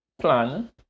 plan